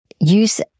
Use